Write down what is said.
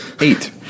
Eight